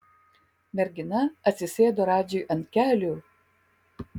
mergina atsisėdo radžiui ant kelių